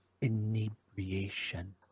inebriation